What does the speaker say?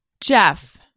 jeff